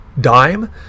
dime